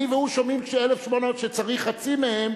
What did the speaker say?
אני והוא שומעים על 1,800 שצריך חצי מהם,